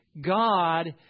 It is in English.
God